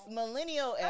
millennial